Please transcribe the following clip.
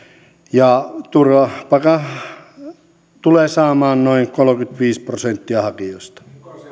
ja turvapaikan tulee samaan noin kolmekymmentäviisi prosenttia